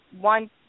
one